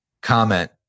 comment